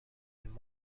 and